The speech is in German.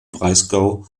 breisgau